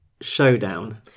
showdown